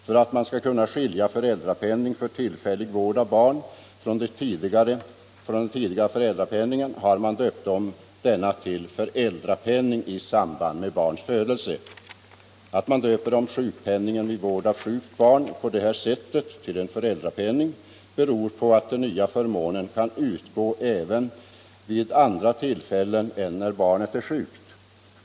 För att kunna skilja föräldrapenning för tillfällig vård av barn från den tidigare gällande föräldrapenningen har man döpt om den senare till föräldrapenning i samband med barns födelse. Att man döper om sjukpenningen vid vård av sjukt barn till föräldrapenning beror på att den nya förmånen kan utgå även vid andra tillfällen än när barnet är sjukt.